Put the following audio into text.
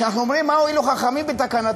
כשאנחנו אומרים "מה הועילו חכמים בתקנתם",